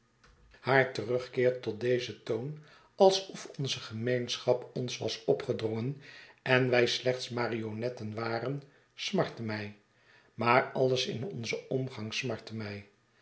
haar terugkeer tot dezen toon alsof onzegemeenschap ons was opgedrongen en wij slechts marionetten waren smartte mij maar alles in onzen omgang smartte mij